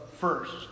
first